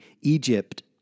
Egypt